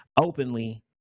openly